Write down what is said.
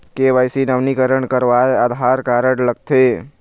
KYC नवीनीकरण करवाये Aadhaar card लगथे?